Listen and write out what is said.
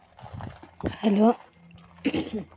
hello